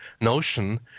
notion